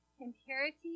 impurity